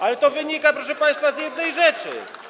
Ale to wynika, proszę państwa, z jednej rzeczy.